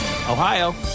Ohio